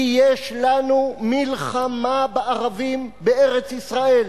כי יש לנו מלחמה בערבים בארץ-ישראל,